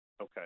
okay